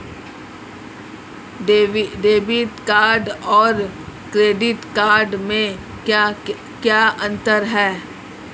Debit card और credit card में क्या अंतर है?